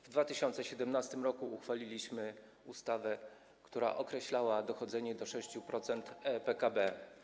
W 2017 r. uchwaliliśmy ustawę, która określała dochodzenie do 6% PKB.